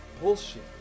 bullshit